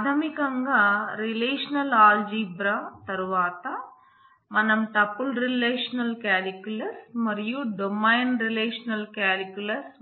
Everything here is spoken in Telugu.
ప్రాథమికంగా రిలేషనల్ ఆల్జీబ్రా